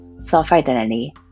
self-identity